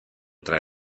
trae